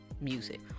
music